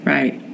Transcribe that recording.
Right